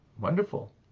wonderful